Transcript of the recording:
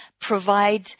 provide